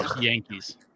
Yankees